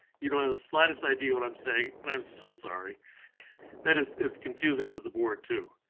you don't have the slightest idea what i'm saying, and i'm so sorry that is is confusing to the board too.